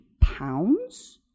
pounds